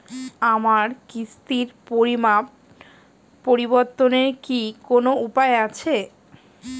আমার কিস্তির পরিমাণ পরিবর্তনের কি কোনো উপায় আছে?